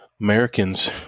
Americans